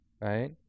right